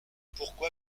pourquoi